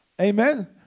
Amen